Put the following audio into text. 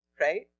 right